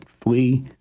flee